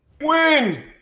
Win